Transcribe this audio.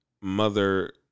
mother